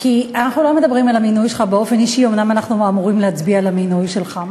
כי אנחנו לא מדברים על המינוי שלך באופן אישי,